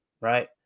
right